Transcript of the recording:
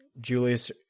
julius